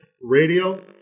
Radio